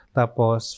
tapos